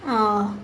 oh